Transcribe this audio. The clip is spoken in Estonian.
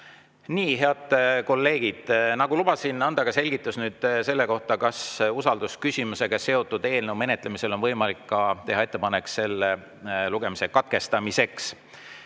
Nii, head kolleegid, ma lubasin anda ka selgituse selle kohta, kas usaldusküsimusega seotud eelnõu menetlemisel on võimalik teha ettepanek selle lugemine katkestada.